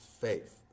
faith